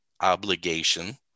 obligation